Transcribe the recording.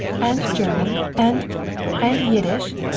and german and and yiddish,